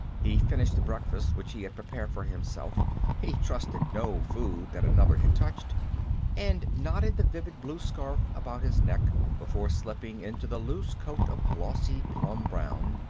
he finished the breakfast which he had prepared for himself he trusted no food that another had touched and knotted the vivid blue scarf about his neck before slipping into the loose coat of glossy plum-brown,